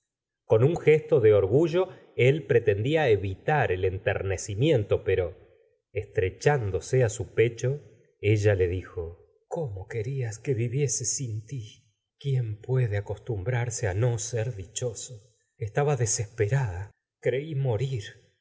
con un gesto de orgullo él pretendía evitar el enternecimiento pero estrechándose á su pecho ella le dijo cómo querías que viviese sin ti quién puede acostumbrarse á no ser dichoso estaba desesperada creí morir